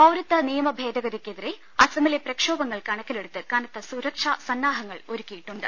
പൌരത്യ നിയമ ഭേദഗതിക്കെതിരെ അസമിലെ പ്രക്ഷോ ഭങ്ങൾ കണക്കിലെടുത്ത് കനത്ത സുരക്ഷാ സന്നാഹങ്ങൾ ഒരു ക്കിയിട്ടുണ്ട്